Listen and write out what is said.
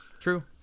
True